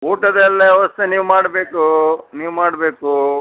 ಊಟದ್ದೆಲ್ಲ ವ್ಯವಸ್ಥೆ ನೀವು ಮಾಡಬೇಕು ನೀವು ಮಾಡಬೇಕು